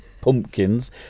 pumpkins